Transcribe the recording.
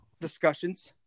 discussions –